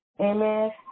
Amen